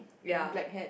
ya